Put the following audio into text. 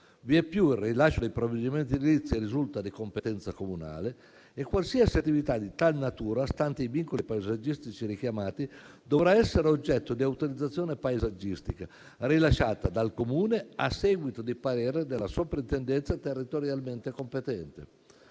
Vieppiù il rilascio dei provvedimenti risulta di competenza comunale e qualsiasi attività di tale natura, stanti i vincoli paesaggistici richiamati, dovrà essere oggetto di autorizzazione paesaggistica rilasciata dal Comune a seguito di parere della soprintendenza territorialmente competente.